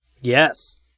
Yes